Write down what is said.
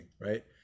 right